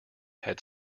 had